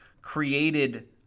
created